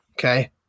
Okay